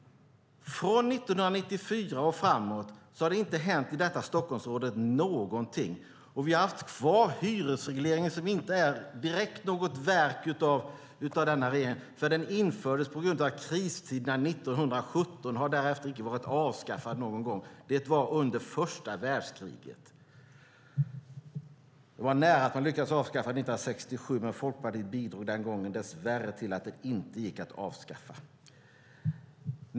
Från 1994 och framåt har det inte hänt någonting med detta i Stockholmsområdet. Vi har haft kvar hyresregleringen som inte direkt är något verk av denna regering. Den infördes på grund av kristiderna 1917 och har därefter inte varit avskaffad någon gång. Det var under första världskriget. Det var nära att de lyckades avskaffa den 1967, men dess värre bidrog Folkpartiet den gången till att den inte gick att avskaffa.